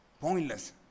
pointless